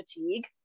fatigue